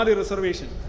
reservation